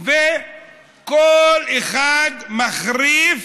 וכל אחד מחריף